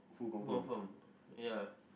confirm ya